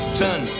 turn